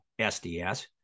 SDS